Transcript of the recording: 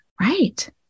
right